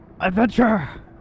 adventure